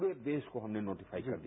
पूरे देश को हमने नोटीफाई कर दिया